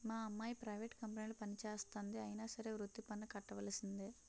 మా అమ్మాయి ప్రైవేట్ కంపెనీలో పనిచేస్తంది అయినా సరే వృత్తి పన్ను కట్టవలిసిందే